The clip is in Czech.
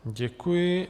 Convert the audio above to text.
Děkuji.